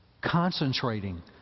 concentrating